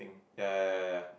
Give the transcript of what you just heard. ya ya ya ya